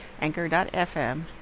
Anchor.fm